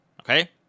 Okay